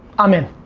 i'm in.